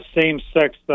same-sex